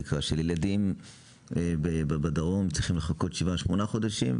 ילדים מהדרום צריכים לחכות לניתוחי שבר ובקע שבעה-שמונה חודשים,